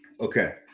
Okay